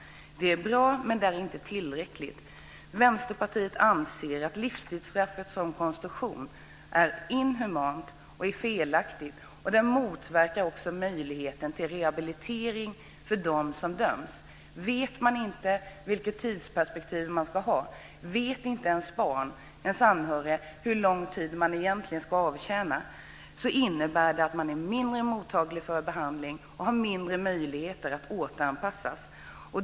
Det är bra, men det är inte tillräckligt. Vänsterpartiet anser att livstidsstraffet som konstruktion är inhumant och felaktigt. Det motverkar också möjligheten till rehabilitering för dem som döms. Känner man inte till tidsperspektivet - vet ens barn och anhöriga inte hur långt straff man ska avtjäna - är man mindre mottaglig för behandling och har mindre möjligheter att återanpassas.